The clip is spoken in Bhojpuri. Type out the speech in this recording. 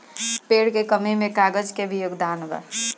पेड़ के कमी में कागज के भी योगदान बा